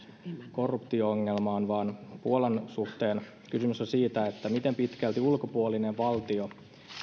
korruptio ongelmaan vaan puolan suhteen kysymys on siitä miten pitkälti ulkopuolinen valtio